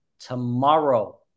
Tomorrow